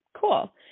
cool